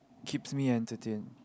keeps me entertain